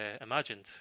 imagined